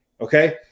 Okay